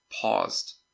paused